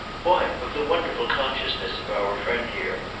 why of the wonderful consciousness of our friend here.